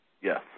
Yes